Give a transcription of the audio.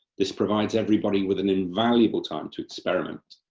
this provides everybody with an invaluable time to experiment.